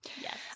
Yes